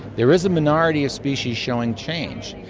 there is a minority of species showing change.